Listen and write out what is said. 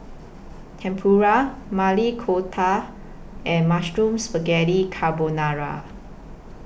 Tempura Maili Kofta and Mushroom Spaghetti Carbonara